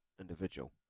individual